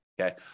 okay